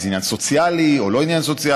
כי זה עניין סוציאלי או לא עניין סוציאלי,